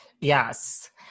Yes